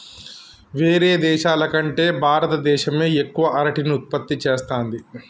వేరే దేశాల కంటే భారత దేశమే ఎక్కువ అరటిని ఉత్పత్తి చేస్తంది